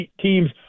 teams –